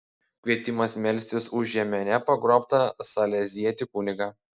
kvietimas melstis už jemene pagrobtą salezietį kunigą